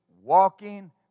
walking